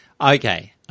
okay